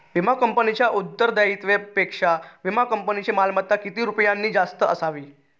विमा कंपनीच्या उत्तरदायित्वापेक्षा विमा कंपनीची मालमत्ता किती रुपयांनी जास्त असावी?